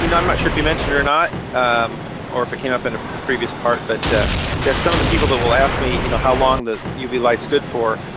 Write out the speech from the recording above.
you know i'm not sure if you mentioned it or not or if it came up in a previous part, but yeah, some of the people that will ask me you know how long the uv light's good for